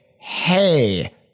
hey